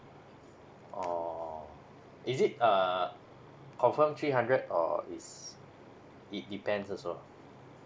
oh is it err confirm three hundred or is it depends also